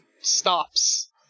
stops